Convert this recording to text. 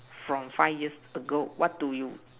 from five years ago what do you